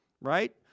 Right